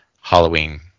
Halloween